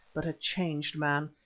but a changed man.